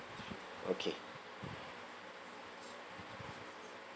okay